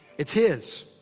it's his.